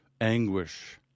anguish